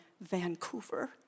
Vancouver